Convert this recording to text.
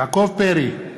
יעקב פרי,